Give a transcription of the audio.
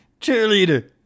Cheerleader